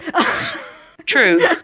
True